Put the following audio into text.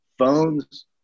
Phones